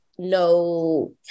No